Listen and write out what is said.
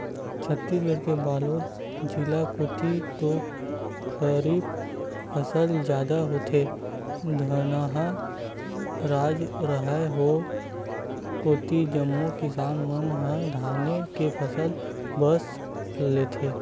छत्तीसगढ़ के बलोद जिला कोती तो खरीफ फसल जादा होथे, धनहा राज हरय ओ कोती जम्मो किसान मन ह धाने के फसल बस लेथे